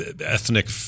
ethnic